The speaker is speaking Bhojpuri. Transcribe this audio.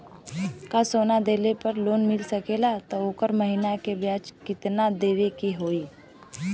का सोना देले पे लोन मिल सकेला त ओकर महीना के ब्याज कितनादेवे के होई?